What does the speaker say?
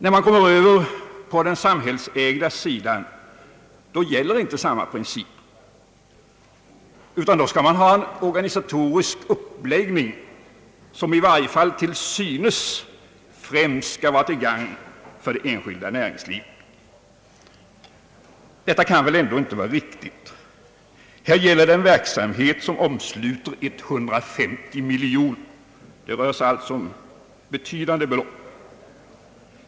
När man kommer över till den samhällsägda sidan gäller inte samma principer, utan då skall man ha en organisatorisk uppläggning, som i varje fall till synes främst skall vara till gagn för det enskilda näringslivet. Detta kan väl ändå inte vara riktigt. Det gäller här en verksamhet som omsluter 150 miljoner kronor. Det rör sig alltså om rätt betydande belopp.